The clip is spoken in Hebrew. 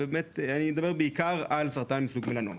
אני מדבר בעיקר על סרטן מסוג מלנומה.